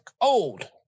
old